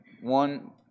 one